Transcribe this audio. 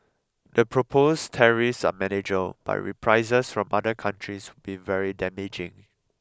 the proposed tariffs are manageable but reprisals from other countries would be very damaging